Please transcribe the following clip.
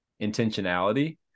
intentionality